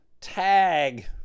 tag